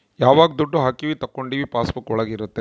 ಯಾವಾಗ ದುಡ್ಡು ಹಾಕೀವಿ ತಕ್ಕೊಂಡಿವಿ ಪಾಸ್ ಬುಕ್ ಒಳಗ ಇರುತ್ತೆ